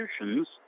institutions